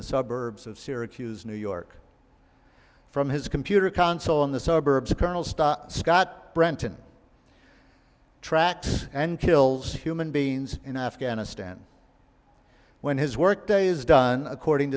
the suburbs of syracuse new york from his computer console in the suburbs of colonel stott scott brenton tracks and kills human beings in afghanistan when his workday is done according